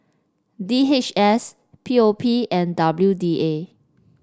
D H S P O P and W D A